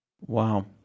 Wow